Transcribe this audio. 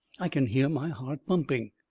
i can hear my heart bumping.